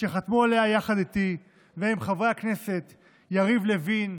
שחתמו עליה יחד איתי, ובהם חברי הכנסת יריב לוין,